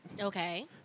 Okay